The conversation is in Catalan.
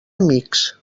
amics